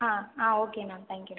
ஆ ஆ ஓகேண்ணா தேங்க்யூண்ணா